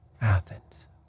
Athens